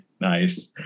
Nice